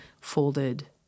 folded